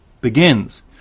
begins